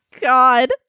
God